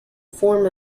form